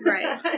Right